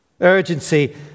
urgency